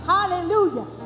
Hallelujah